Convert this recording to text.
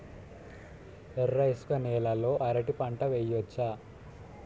ఎర్ర ఇసుక నేల లో అరటి పంట వెయ్యచ్చా?